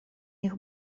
них